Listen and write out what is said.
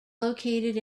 located